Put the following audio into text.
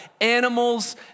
Animals